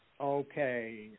Okay